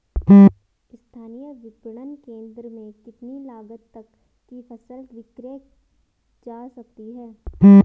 स्थानीय विपणन केंद्र में कितनी लागत तक कि फसल विक्रय जा सकती है?